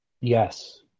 Yes